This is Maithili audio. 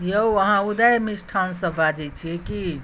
यौ अहाँ उदय मिष्ठानसँ बाजैत छियै की